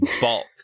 bulk